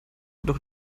doch